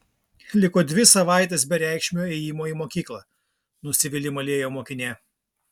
liko dvi savaitės bereikšmio ėjimo į mokyklą nusivylimą liejo mokinė